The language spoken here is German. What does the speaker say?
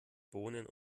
bohnen